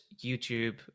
YouTube